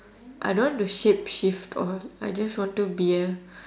I don't want to shapeshift all I just want to be a